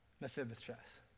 Mephibosheth